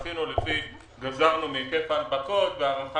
גזרנו מהיקף ההנפקות והערכה,